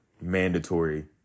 Mandatory